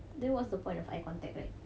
there was the point of eye contact right